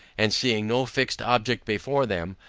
and seeing no fixed object before them,